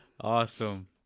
Awesome